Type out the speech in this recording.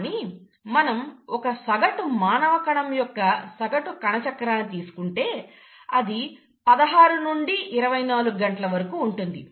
కానీ మనం ఒక సగటు మానవ కణం యొక్క సగటు కణచక్రాన్ని తీసుకుంటే అది 16 నుండి 24 గంటల వరకు ఉంటుంది